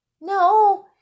No